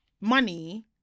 money